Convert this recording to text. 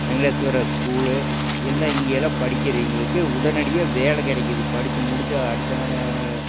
Venkateswara school எல்லாம் இங்கேயெல்லாம் படிக்கிறவங்களுக்கு உடனடியாக வேலை கிடைக்குது படித்து முடித்த அடுத்த